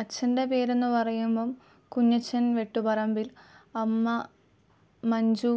അച്ഛൻ്റെ പേരെന്നു പറയുമ്പം കുഞ്ഞച്ഛൻ വെട്ടുപറമ്പിൽ അമ്മ മഞ്ജു